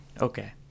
okay